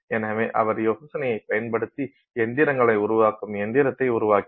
எனவே அவர் யோசனையைப் பயன்படுத்தி இயந்திரங்களை உருவாக்கும் இயந்திரத்தை உருவாக்கினார்